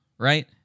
right